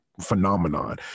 phenomenon